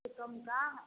कम का